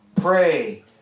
pray